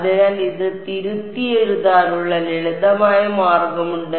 അതിനാൽ ഇത് തിരുത്തിയെഴുതാനുള്ള ലളിതമായ മാർഗമുണ്ട്